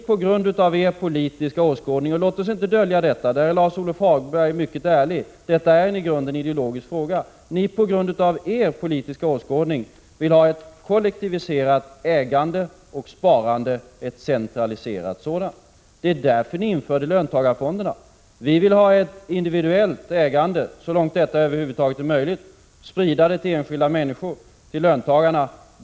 På grund av er politiska åskådning — låt oss inte dölja att detta i grunden är en ideologisk fråga, vilket Lars-Ove Hagberg mycket ärligt erkänner -— vill ni ha ett kollektiviserat ägande och sparande, ett centraliserat ägande och sparande. Det är därför som ni införde löntagarfonderna. Vi vill däremot ha ett individuellt ägande så långt detta över huvud taget är möjligt, 37 sprida ägandet till enskilda människor, till löntagarna.